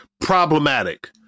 Problematic